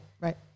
Right